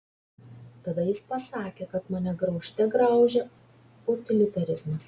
tada jis pasakė kad mane graužte graužia utilitarizmas